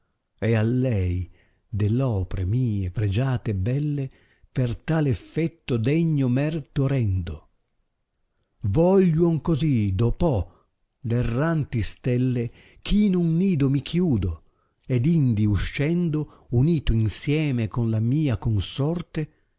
e a lei de l opre mie pregiate e belle per tal effetto degno merto rendo volgiuon così dopo erranti stelle ch in un nido mi chiudo ed indi uscendo unito insieme con la mia consorte